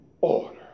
order